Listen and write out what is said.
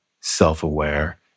self-aware